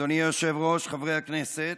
אדוני היושב-ראש, חברי הכנסת,